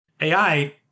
AI